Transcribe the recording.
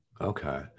okay